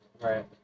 Right